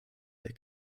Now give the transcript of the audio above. der